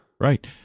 Right